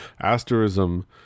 asterism